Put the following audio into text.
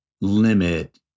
limit